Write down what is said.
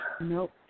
Nope